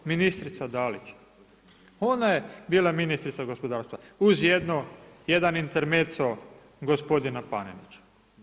Ministrica Dalić, ona je bila ministrica gospodarstva, uz jedan intermeco gospodina Panenića.